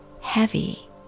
heavy